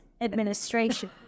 administration